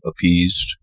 appeased